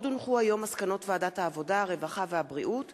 מסקנות ועדת העבודה, הרווחה והבריאות